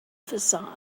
facade